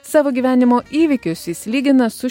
savo gyvenimo įvykius jis lygina su